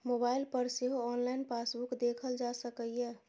mobile पर सेहो online passbook देखल जा सकैए